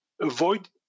avoid